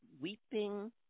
weeping